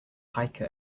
hiker